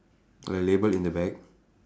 the label in the bag